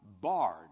barred